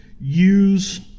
use